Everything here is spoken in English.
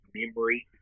memory